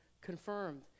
confirmed